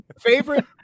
favorite